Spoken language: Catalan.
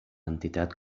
entitat